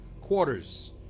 quarters